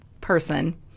person